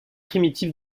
primitif